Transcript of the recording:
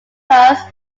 thus